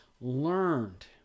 learned